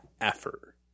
effort